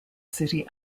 city